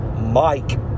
Mike